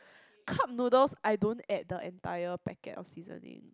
cup noodle I don't add the entire packet of seasonings